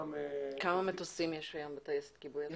כמה מטוסים יש היום בטייסת כיבוי?